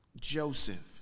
Joseph